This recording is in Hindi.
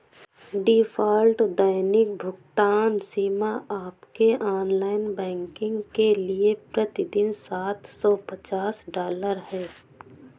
डिफ़ॉल्ट दैनिक भुगतान सीमा आपके ऑनलाइन बैंकिंग के लिए प्रति दिन सात सौ पचास डॉलर है